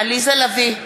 עליזה לביא,